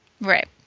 Right